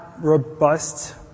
robust